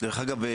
דרך אגב,